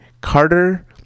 Carter